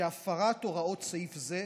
שהפרת הוראות סעיף זה,